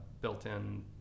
built-in